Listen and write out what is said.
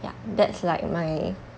ya that's like my